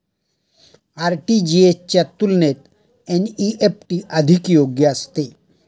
RTGS च्या तुलनेत NEFT अधिक योग्य असतं